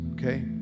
Okay